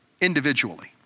individually